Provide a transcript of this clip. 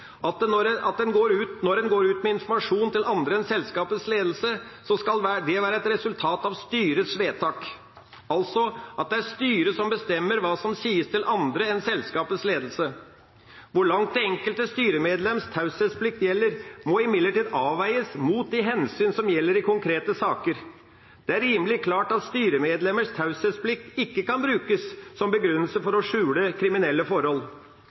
taushetsplikt at når en går ut med informasjon til andre enn selskapets ledelse, skal det være et resultat av styrets vedtak – altså at det er styret som bestemmer hva som sies til andre enn selskapets ledelse. Hvor langt det enkelte styremedlems taushetsplikt gjelder, må imidlertid avveies mot de hensyn som gjelder i konkrete saker. Det er rimelig klart at styremedlemmers taushetsplikt ikke kan brukes som begrunnelse for å skjule kriminelle forhold.